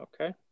okay